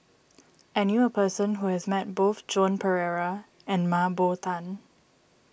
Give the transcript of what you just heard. I knew a person who has met both Joan Pereira and Mah Bow Tan